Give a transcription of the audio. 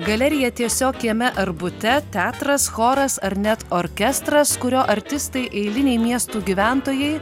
galerija tiesiog kieme ar bute teatras choras ar net orkestras kurio artistai eiliniai miestų gyventojai